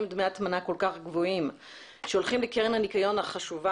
דמי הטמנה כל כך גבוהים שהולכים לקרן הנקיון החשובה